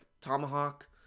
tomahawk